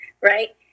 right